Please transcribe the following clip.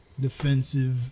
defensive